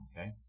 okay